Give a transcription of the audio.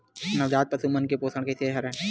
नवजात पशु मन के पोषण कइसे करन?